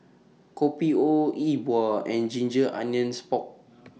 Kopi O E Bua and Ginger Onions Pork